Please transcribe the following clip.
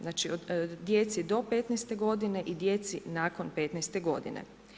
Znači o djeci do 15 godine i djeci nakon 15 godine.